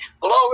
Glory